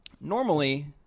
normally